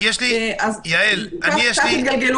אם אני מבין,